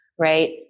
right